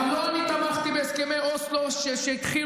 אבל לא אני תמכתי בהסכמי אוסלו שהתחילו